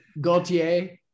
Gaultier